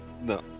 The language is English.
No